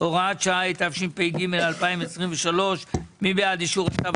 (הוראת שעה), התשפ"ג 2023. מי בעד אישור הצו?